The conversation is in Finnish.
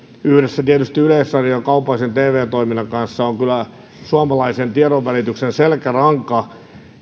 yhdessä tietysti yleisradion ja kaupallisen tv toiminnan kanssa on suomalaisen tiedonvälityksen selkäranka